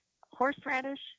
horseradish